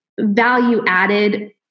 value-added